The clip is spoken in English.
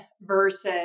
versus